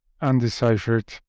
undeciphered